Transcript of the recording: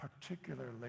particularly